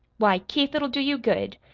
why keith, it'll do you good.